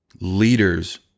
leaders